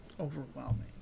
overwhelming